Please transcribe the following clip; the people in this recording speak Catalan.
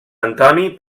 antoni